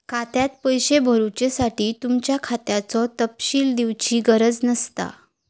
खात्यात पैशे भरुच्यासाठी तुमच्या खात्याचो तपशील दिवची गरज नसता